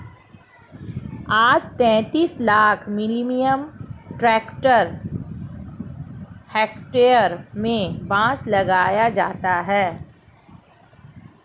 आज तैंतीस lakh million hectare में बांस लगाया जाता है